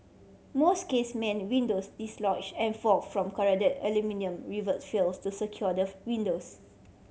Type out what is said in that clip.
most casement windows dislodge and fall from corroded aluminium rivet fails to secure windows